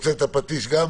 המשטרה רוצה להתייחס, וגם